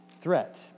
threat